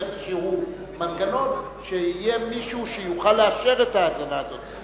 איזשהו מנגנון שיהיה מישהו שיוכל לאשר את ההאזנה הזאת,